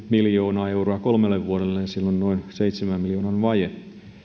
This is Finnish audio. miljoonaa euroa kolmelle vuodelle siellä on noin seitsemän miljoonan vaje